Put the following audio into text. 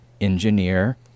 engineer